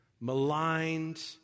maligned